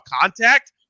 contact